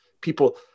people